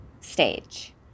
stage